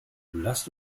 lasst